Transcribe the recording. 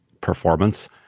performance